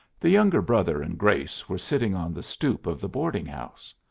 the younger brother and grace were sitting on the stoop of the boarding-house.